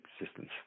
existence